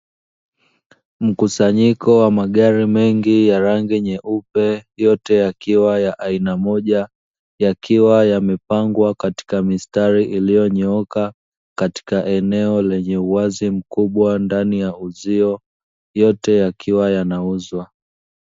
Mkusanyiko wa magari mengi ya rangi nyeupe, yote yakiwa ya aina moja yakiwa yamepangwa katika mistari iliyonyooka katika eneo lenye uwazi mkubwa ndani ya uzio yote yakiwa yanauzwa.